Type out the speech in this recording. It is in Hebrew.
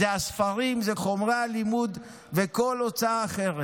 זה הספרים, זה חומרי הלימוד וכל הוצאה אחרת.